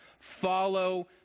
Follow